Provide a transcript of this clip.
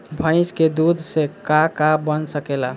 भइस के दूध से का का बन सकेला?